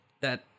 that-